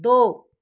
दो